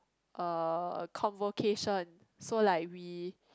uh convocation so like we